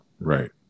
Right